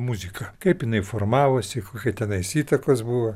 muziką kaip jinai formavosi kokia tenais įtakos buvo